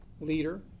leader